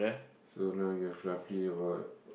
so now you have roughly about uh